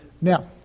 Now